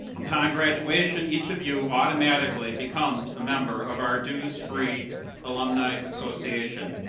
upon graduation, each of you automatically becomes a member of our dues-free alumni association.